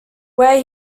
where